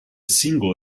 single